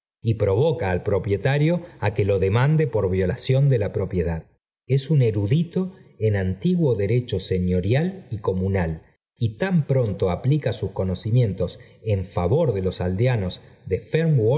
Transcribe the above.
y provoca al propietario á que lo demande por violación de la propiedad es un erudito en antiguo derecho señorial y comunal y tan pronto aplica sus conocimientos en favor de los aldeanos de